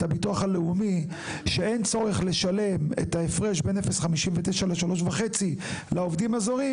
הביטוח הלאומי שאין צורך לשלם את ההפרש בין 0.59 ל-3.5 לעובדים הזרים,